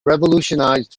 revolutionized